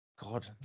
God